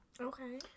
Okay